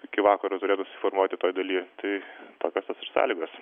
iki vakaro turėtų susiformuoti toj daly tai tokios tos ir sąlygos